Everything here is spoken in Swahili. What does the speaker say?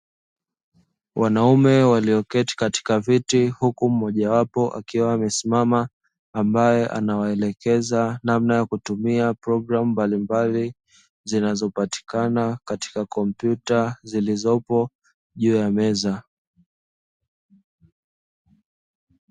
Wanaume wakioketi katika viti huku mmojawapo akiwa amesimama ambaye anawaelekeza namna ya kutumia programu mbalimbali zinazo patikana katika kompyuta zilizopo juu ya meza.